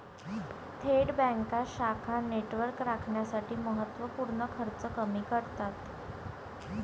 थेट बँका शाखा नेटवर्क राखण्यासाठी महत्त्व पूर्ण खर्च कमी करतात